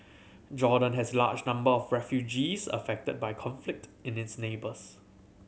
Jordan has large number of refugees affected by conflict in its neighbours